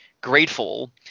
grateful